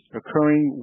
occurring